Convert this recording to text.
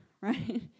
right